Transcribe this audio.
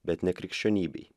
bet ne krikščionybei